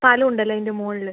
സ്ഥലം ഉണ്ടല്ലോ അതിൻ്റെ മുകളിൽ